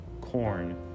corn